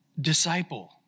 disciple